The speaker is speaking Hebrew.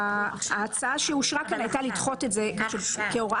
וההצעה שאושרה כאן הייתה לדחות את זה כהוראת